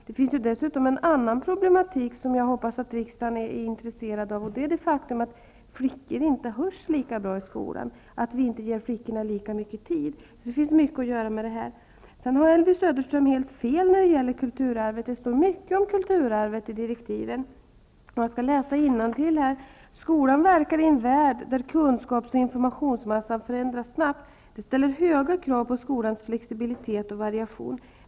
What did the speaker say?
Det finns dessutom en annan problematik som jag hoppas att riksdagen är intresserad av, nämligen det faktum att flickor inte hörs lika bra i skolan och att de inte ges lika mycket tid. Det finns mycket att göra här. Elvy Söderström har helt fel när det gäller kulturarvet. Det står mycket om kulturarvet i direktiven. Jag skall läsa innantill: Skolan verkar i en värld där kunskaps och informationsmassan förändras snabbt. Det ställer höga krav på skolans flexibilitet och variation.